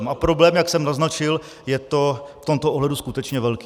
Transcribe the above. A problém, jak jsem naznačil, je to v tomto ohledu skutečně velký.